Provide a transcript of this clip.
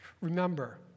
remember